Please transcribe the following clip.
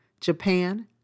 Japan